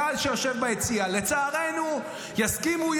הקהל שיושב ביציע, לצערנו, יסכימו.